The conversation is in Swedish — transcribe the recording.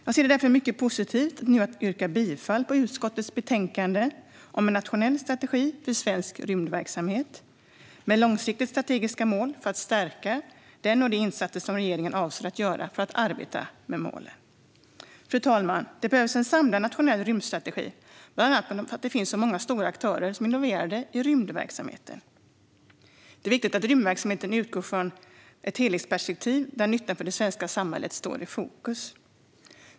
Jag ser det därför mycket positivt att nu kunna yrka bifall till utskottets förslag om en nationell strategi för svensk rymdverksamhet med långsiktiga strategiska mål för att stärka den och de insatser som regeringen avser att göra för att arbeta mot målen. Fru talman! Det behövs en samlad nationell rymdstrategi bland annat eftersom det finns många stora aktörer som är involverade i rymdverksamheten. Det är viktigt att rymdverksamhet utgår från ett helhetsperspektiv där nyttan för det svenska samhället står i fokus.